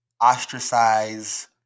ostracize